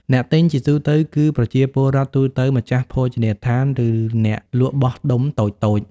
អ្នកទិញជាទូទៅគឺប្រជាពលរដ្ឋទូទៅ ម្ចាស់ភោជនីយដ្ឋាន ឬអ្នកលក់បោះដុំតូចៗ។